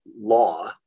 law